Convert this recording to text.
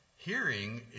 Hearing